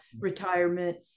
retirement